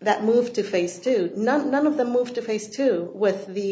that moved to face to none none of them moved to face to do with the